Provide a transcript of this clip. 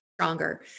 stronger